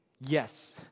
Yes